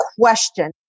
question